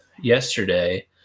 yesterday